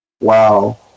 Wow